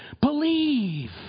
believe